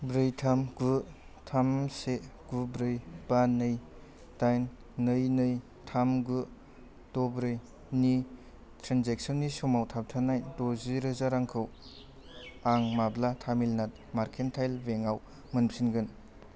ब्रै थाम गु थाम से गु ब्रै बा नै दाइन नै नै थाम गु द' ब्रै नि ट्रेन्जेकसननि समाव थाबथानाय द'जि रोजा रांखौ आं माब्ला तामिलनादु मारकेन्दाल बेंक आव मोनफिनगोन